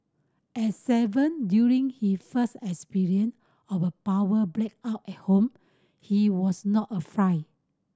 at seven during his first experience of a power blackout at home he was not afraid